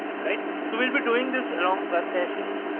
alright? so we'll be doing this longer sessions,